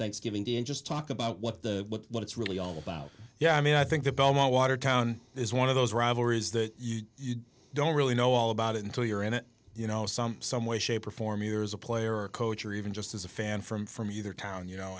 thanksgiving day and just talk about what the what it's really all about yeah i mean i think the belmont watertown is one of those rivalries that you don't really know all about until you're in it you know some some way shape or form years a player or coach or even just as a fan from for me their town you